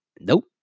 Nope